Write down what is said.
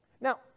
Now